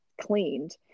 cleaned